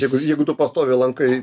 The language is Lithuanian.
jeigu jeigu tu pastoviai lankai